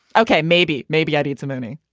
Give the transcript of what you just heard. okay. maybe maybe i did too many